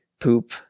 poop